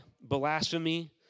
blasphemy